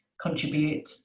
contribute